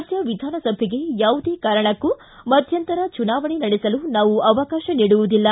ರಾಜ್ಯ ವಿಧಾನಸಭೆಗೆ ಯಾವುದೇ ಕಾರಣಕ್ಕೂ ಮಧ್ಯಂತರ ಚುನಾವಣೆ ನಡೆಯಲು ನಾವು ಅವಕಾಶ ನೀಡುವುದಿಲ್ಲ